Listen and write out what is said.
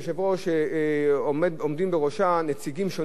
עומדים בראשה נציגים שונים מהבית הזה.